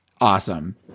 awesome